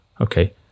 okay